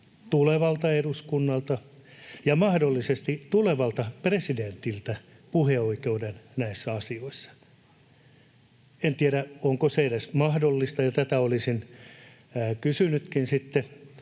tulevalta eduskunnalta ja mahdollisesti tulevalta presidentiltä puheoikeuden näissä asioissa. En tiedä, onko se edes mahdollista, ja tätä olisin kysynytkin sitten